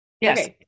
yes